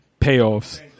payoffs